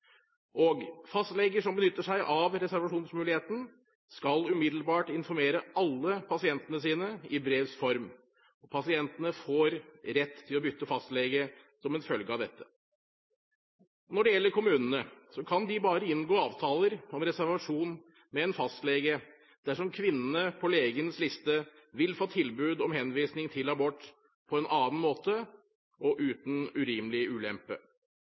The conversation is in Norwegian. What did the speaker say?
Og: Fastleger som benytter seg av reservasjonsmuligheten, skal umiddelbart informere alle pasientene sine, i brevs form, og pasientene får rett til å bytte fastlege som en følge av dette. Når det gjelder kommunene, kan de bare inngå avtaler om reservasjon med en fastlege dersom kvinnene på legens liste vil få tilbud om henvisning til abort på en annen måte og uten urimelig ulempe.